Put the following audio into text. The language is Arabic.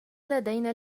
لدينا